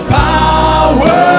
power